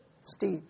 Steve